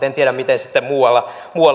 en tiedä miten sitten muualla